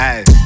Hey